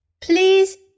Please